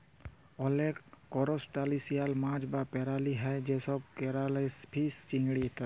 অলেক করসটাশিয়াল মাছ বা পেরালি হ্যয় যেমল কেরাইফিস, চিংড়ি ইত্যাদি